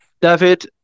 David